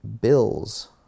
bills